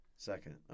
Second